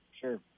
Sure